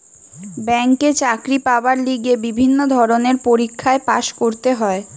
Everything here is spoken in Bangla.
ব্যাংকে চাকরি পাবার লিগে বিভিন্ন ধরণের পরীক্ষায় পাস্ করতে হয়